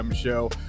show